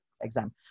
Exam